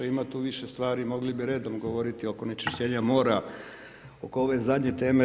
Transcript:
Ima tu više stvari, mogli bi redom govoriti oko nečišćenja mora, oko ove zadnje teme.